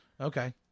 Okay